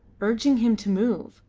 urging him to move!